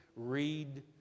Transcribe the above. Read